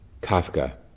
Kafka